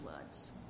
words